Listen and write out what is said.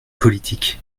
politiques